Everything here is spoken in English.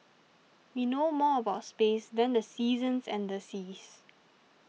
we know more about space than the seasons and the seas